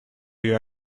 you